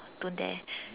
don't dare